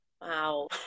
Wow